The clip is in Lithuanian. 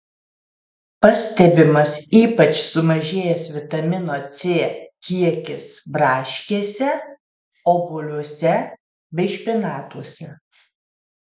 pastebimas ypač sumažėjęs vitamino c kiekis braškėse obuoliuose bei špinatuose